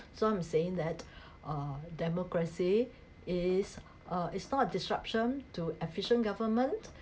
so I'm saying that uh democracy is uh is not a disruption to efficient government